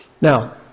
Now